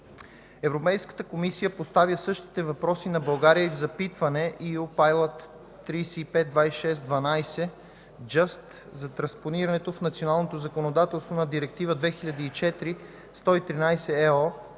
Европейската комисия поставя същите въпроси на България и в запитване EU PILOT 3526/12/JUST за транспонирането в националното законодателство на Директива 2004/113/ЕО